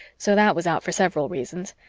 so that was out for several reasons,